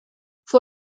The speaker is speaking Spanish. fue